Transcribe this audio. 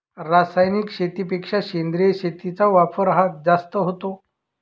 रासायनिक शेतीपेक्षा सेंद्रिय शेतीचा वापर हा जास्त होतो